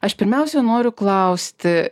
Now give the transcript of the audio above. aš pirmiausia noriu klausti